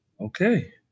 Okay